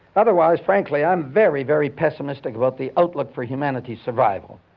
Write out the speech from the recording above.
otherwise frankly i'm very, very pessimistic about the outlook for humanity's survival.